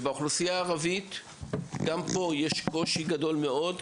גם בקרב האוכלוסייה הערבית יש קושי גדול מאוד,